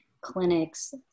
clinics